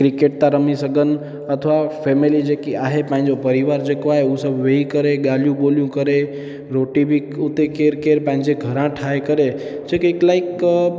cricket था रमी सघनि अथवा फ़ैमिली जेकी आहे पंहिंजो परिवार जेको आहे उहे सभु वेई करे ॻाल्हियूं ॿोल्हियूं करे रोटी बि हुते केर केर पंहिंजे घरां ठाहे करे जेकी लाइक